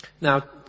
Now